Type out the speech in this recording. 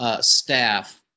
staff